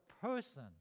person